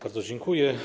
Bardzo dziękuję.